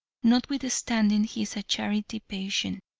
notwithstanding he is a charity patient,